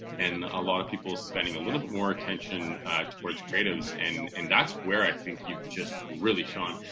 and a lot of people spending a little bit more attention towards creatives and and that's where i think you've just really shown.